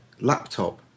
laptop